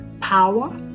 power